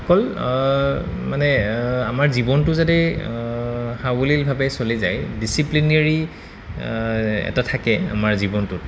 অকল মানে আমাৰ জীৱনটো যাতে সাৱলিলভাৱে চলি যায় ডিচিপ্লিনেৰী এটা থাকে আমাৰ জীৱনটোত